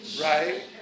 right